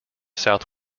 south